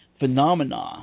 phenomena